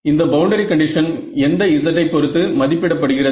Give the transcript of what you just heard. இந்த boundary condition எந்த z ஐ பொறுத்து மதிப்பிட படுகிறது